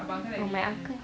oh my uncle